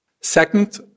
Second